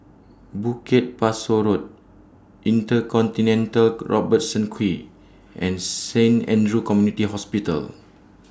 Bukit Pasoh Road InterContinental Robertson Quay and Saint Andrew's Community Hospital